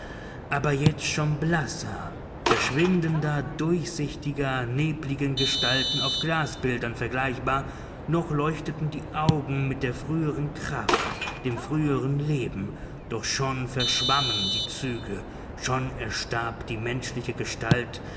aber jetzt schon blasser verschwindender durchsichtiger nebligen gestalten auf glasbildern vergleichbar noch leuchteten die augen mit der früheren kraft dem früheren leben doch schon verschwammen die züge schon erstarb die menschliche gestalt